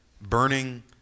burning